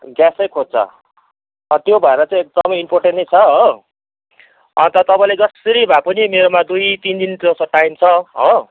ग्यासै खोज्छ त्यो भएर चाहिँ एकदमै इम्पोर्टेन्ट नै छ हो अन्त तपाईँले जसरी भए पनि मेरोमा दुई तिन दिन जस्तो टाइम छ हो